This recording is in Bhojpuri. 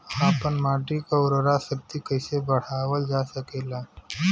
आपन माटी क उर्वरा शक्ति कइसे बढ़ावल जा सकेला?